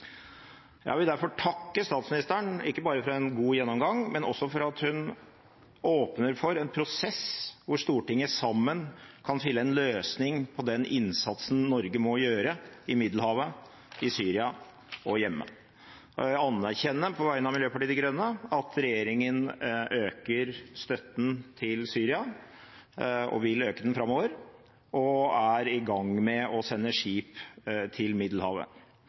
Jeg vil derfor takke statsministeren ikke bare for en god gjennomgang, men også for at hun åpner for en prosess hvor Stortinget sammen kan finne en løsning på den innsatsen Norge må gjøre i Middelhavet, Syria og hjemme. Jeg anerkjenner på vegne av Miljøpartiet De Grønne at regjeringen øker støtten til Syria og vil øke den framover, og er i gang med å sende skip til Middelhavet.